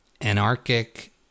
anarchic